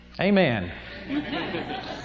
Amen